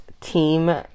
team